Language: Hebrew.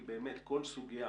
כל סוגיה